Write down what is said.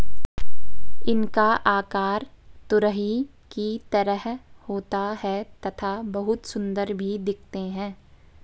इनका आकार तुरही की तरह होता है तथा बहुत सुंदर भी दिखते है